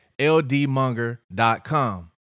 ldmonger.com